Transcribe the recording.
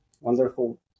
Wonderful